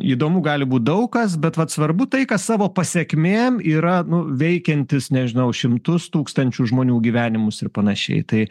įdomu gali būt daug kas bet vat svarbu tai kas savo pasekmėm yra nu veikiantis nežinau šimtus tūkstančių žmonių gyvenimus ir panašiai tai